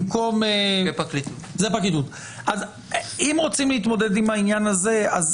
אם רוצים להתמודד עם העניין הזה,